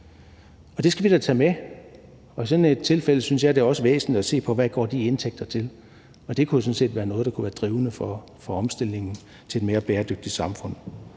Og det skal vi da tage med. I sådan et tilfælde synes jeg også, det er væsentligt at se på, hvad de indtægter går til, og det kunne jo være noget, der kunne være drivende for omstillingen til et mere bæredygtigt samfund